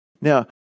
Now